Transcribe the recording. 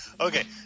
Okay